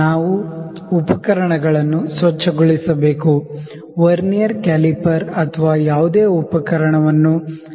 ನಾವು ಉಪಕರಣಗಳನ್ನು ಸ್ವಚ್ಛ ಗೊಳಿಸಬೇಕು ವರ್ನಿಯರ್ ಕ್ಯಾಲಿಪರ್ ಅಥವಾ ಯಾವುದೇ ಉಪಕರಣವನ್ನು ಸ್ವಚ್ಛ ಗೊಳಿಸಬೇಕು